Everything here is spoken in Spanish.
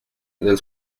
del